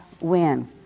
win